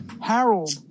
Harold